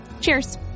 Cheers